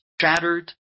shattered